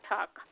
Talk